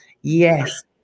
Yes